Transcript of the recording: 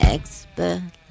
Expert